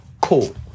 cool